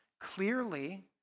clearly